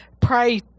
pray